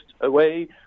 away